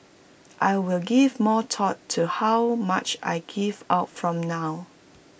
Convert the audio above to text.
I will give more thought to how much I give out from now